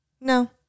no